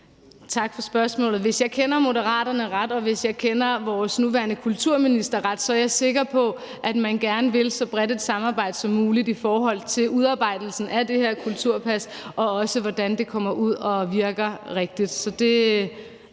Tak for spørgsmålet. Hvis jeg kender Moderaterne ret, og hvis jeg kender vores nuværende kulturminister ret, er jeg sikker på, at man gerne vil så bredt et samarbejde som muligt i forhold til udarbejdelsen af det her kulturpas, og hvordan det kommer ud og virke rigtigt.